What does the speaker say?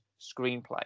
screenplay